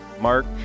Mark